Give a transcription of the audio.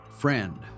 friend